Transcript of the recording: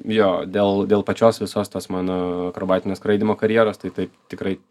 jo dėl dėl pačios visos tos mano akrobatinio skraidymo karjeros tai taip tikrai